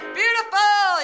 beautiful